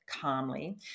calmly